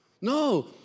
no